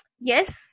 yes